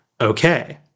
okay